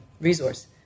resource